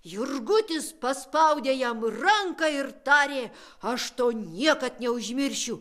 jurgutis paspaudė jam ranką ir tarė aš to niekad neužmiršiu